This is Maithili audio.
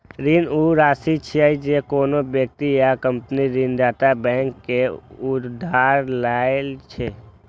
ऋण ऊ राशि छियै, जे कोनो व्यक्ति या कंपनी ऋणदाता बैंक सं उधार लए छै